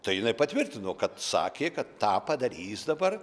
tai jinai patvirtino kad sakė kad tą padarys dabar